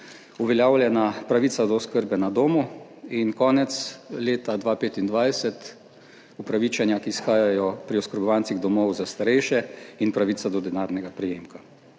uveljavljena pravica do oskrbe na domu in konec leta 2025 upravičenja, ki izhajajo pri oskrbovancih domov za starejše, in pravica do denarnega prejemka.